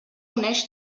uneix